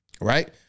right